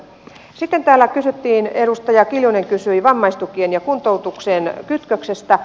sitten täällä edustaja kiljunen kysyi vammaistukien ja kuntoutukseen kytköksestä